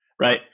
right